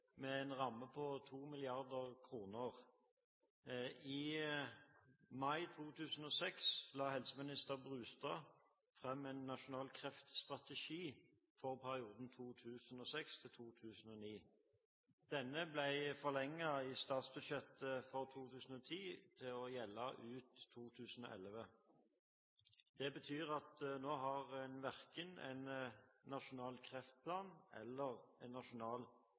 med en ramme på 2 mrd. kr. I mai 2006 la daværende helseminister Brustad fram en nasjonal kreftstrategi for perioden 2006–2009. Denne ble i statsbudsjettet for 2010 forlenget til å gjelde ut 2011. Det betyr at nå er det verken en nasjonal kreftplan eller en nasjonal